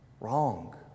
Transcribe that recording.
Wrong